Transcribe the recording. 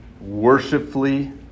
worshipfully